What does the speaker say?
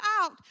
out